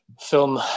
film